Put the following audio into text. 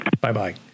bye-bye